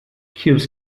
cubes